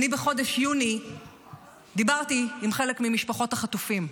אני בחודש יוני דיברתי עם חלק ממשפחות החטופים.